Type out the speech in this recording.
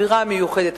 האווירה המיוחדת,